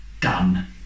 done